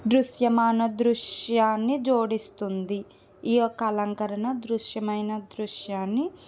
దృశ్యమాన దృశ్యాన్ని జోడిస్తుంది ఈ యొక్క అలంకరణ దృశ్యమైన దృశ్యాన్ని